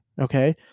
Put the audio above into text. okay